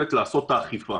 מסוגלת לעשות אכיפה